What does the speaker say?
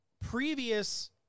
previous